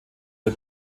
der